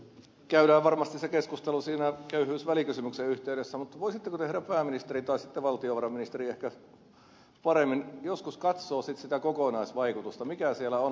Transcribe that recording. käydään varmasti se keskustelu siinä köyhyysvälikysymyksen yhteydessä mutta voisitteko te herra pääministeri tai sitten valtiovarainministeri ehkä paremmin joskus katsoa sitten sitä kokonaisvaikutusta mikä siellä on